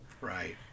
Right